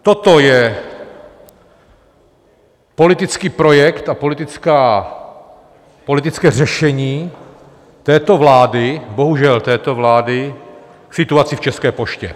Toto je politický projekt a politické řešení této vlády, bohužel této vlády v situaci v České poště.